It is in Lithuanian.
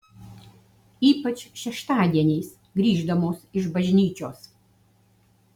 ypač šeštadieniais grįždamos iš bažnyčios